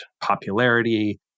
popularity